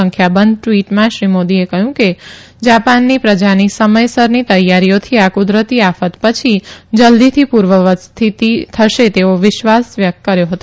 સંખ્યાબંધ ટવીટમાં શ્રી મોદીએ જાપાનની પ્રજાની સમયસરની તૈયારીઓથી આ કુદરતી આફત પછી અસરકારક અને જલ્દીથી પુર્વવત સ્થિતિ થશે તેવો વિશ્વાસ વ્યકત કર્યો હતો